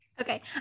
Okay